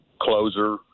closer